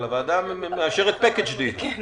אבל הוועדה מאשרת --- נכון,